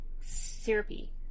syrupy